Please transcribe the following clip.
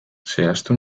zehaztu